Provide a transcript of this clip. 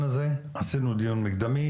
אנחנו בשלבי גיבוש התכנית,